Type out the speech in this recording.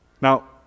now